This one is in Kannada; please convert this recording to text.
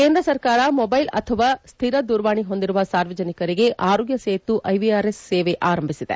ಕೇಂದ್ರ ಸರ್ಕಾರ ಮೊಬೈಲ್ ಅಥವಾ ಸ್ದಿರ ದೂರವಾಣಿ ಹೊಂದಿರುವ ಸಾರ್ವಜನಿಕರಿಗೆ ಆರೋಗ್ಯ ಸೇತು ಐವಿಆರ್ಎಸ್ ಸೇವೆ ಆರಂಭಿಸಿದೆ